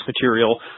material